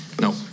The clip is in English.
No